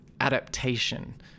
adaptation